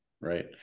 right